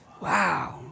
wow